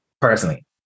Personally